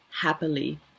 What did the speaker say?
happily